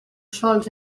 sols